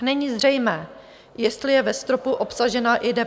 Není zřejmé, jestli je ve stropu obsažena i DPH.